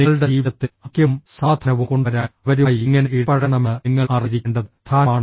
നിങ്ങളുടെ ജീവിതത്തിൽ ഐക്യവും സമാധാനവും കൊണ്ടുവരാൻ അവരുമായി എങ്ങനെ ഇടപഴകണമെന്ന് നിങ്ങൾ അറിഞ്ഞിരിക്കേണ്ടത് പ്രധാനമാണ്